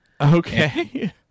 okay